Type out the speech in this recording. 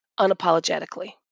unapologetically